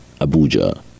Abuja